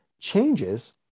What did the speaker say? changes